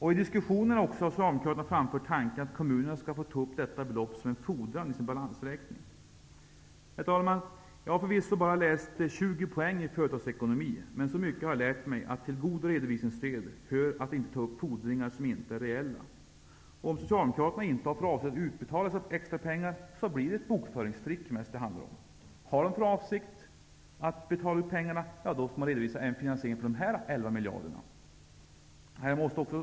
I diskussionerna har Socialdemokraterna framfört tanken att kommunerna skall få ta upp detta belopp som en fordran i sin balansräkning. Herr talman! Jag har förvisso bara läst 20 poäng företagsekonomi, men så mycket har jag lärt mig att det till god redovisningssed hör att inte ta upp fordringar som inte är reella. Om Socialdemokraterna inte har för avsikt att utbetala dessa extrapengar, handlar det mest om ett bokföringstrick. Har Socialdemokraterna för avsikt att betala ut pengarna, måste de redovisa en finansiering för dessa 11 miljarder.